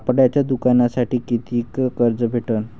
कापडाच्या दुकानासाठी कितीक कर्ज भेटन?